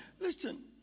Listen